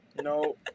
no